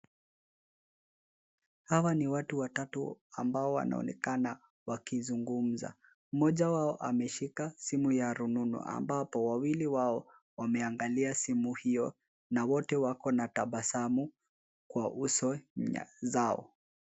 Hawa ni watu watatu ambao wanaonekana wakizungumza. Mmoja wao ameshika simu ya rununu ambapo wawili wao ,wameangalia simu hiyo na wote wako na tabasamu kwa uso zao.